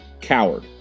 Coward